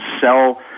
sell